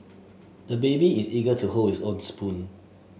the baby is eager to hold his own spoon